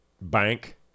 bank